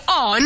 on